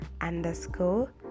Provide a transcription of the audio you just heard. underscore